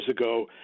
ago